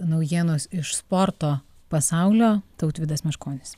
naujienos iš sporto pasaulio tautvydas meškonis